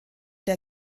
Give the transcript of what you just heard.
der